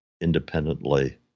independently